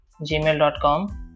gmail.com